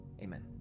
Amen